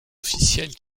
officiels